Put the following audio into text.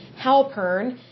Halpern